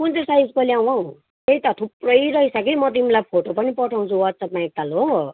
कुन चाहिँ साइजको ल्याउँ हौ त्यही त थुप्रै रहेछ कि म तिमीलाई फोटो पनि पठाउँछु वाट्सएपमा एकताल हो